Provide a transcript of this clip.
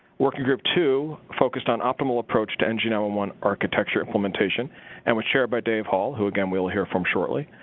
working group two focused on optimal approach to n g nine one one architecture implementation and as shared by dave holl, who, again, we'll hear from shortly,